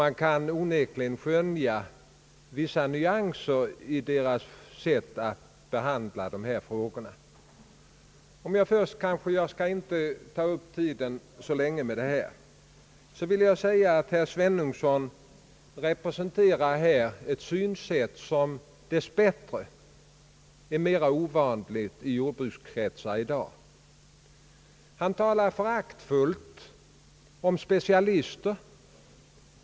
Man kan onekligen skönja vissa nyanser i deras sätt att behandla dessa frågor. Herr Svenungsson representerar här ett synsätt som dess bättre är mera ovanligt i jordbrukarkretsar i dag. Han talar föraktfullt om specialister.